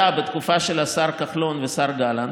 של השר כחלון והשר גלנט,